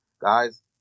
guys